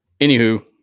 Anywho